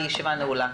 הישיבה נעולה.